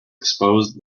exposed